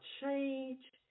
change